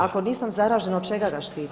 Ako nisam zaražena od čega da štite.